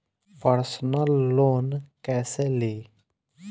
Personal loan कैसे ली?